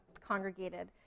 congregated